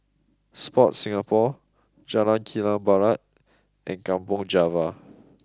sport Singapore Jalan Kilang Barat and Kampong Java